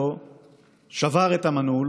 שבר את המנעול